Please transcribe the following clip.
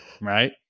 right